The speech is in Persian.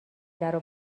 درو